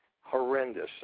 horrendous